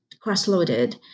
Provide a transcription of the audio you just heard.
cross-loaded